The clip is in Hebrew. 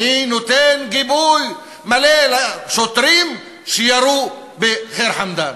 אני נותן גיבוי מלא לשוטרים שירו בח'יר חמדאן.